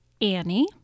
Annie